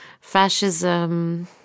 fascism